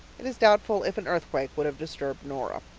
it is doubtful if an earthquake would have disturbed dora.